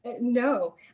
No